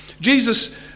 Jesus